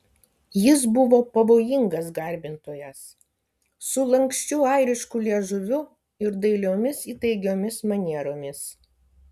jis buvo pavojingas garbintojas su lanksčiu airišku liežuviu ir dailiomis įtaigiomis manieromis